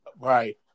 Right